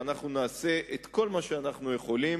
ואנחנו נעשה את כל מה שאנחנו יכולים